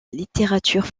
littérature